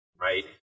right